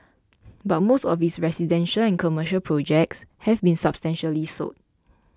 but most of its residential and commercial projects have been substantially sold